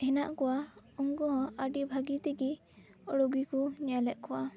ᱦᱮᱱᱟᱜ ᱠᱩᱣᱟ ᱩᱱᱠᱩ ᱦᱚᱸ ᱟᱹᱰᱤ ᱵᱷᱟᱹᱜᱤ ᱛᱮᱜᱤ ᱨᱩᱜᱤ ᱠᱩ ᱧᱮᱞ ᱮᱫ ᱠᱚᱣᱟ